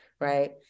right